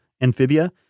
amphibia